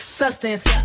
substance